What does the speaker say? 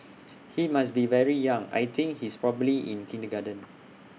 he must be very young I think he's probably in kindergarten